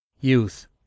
Youth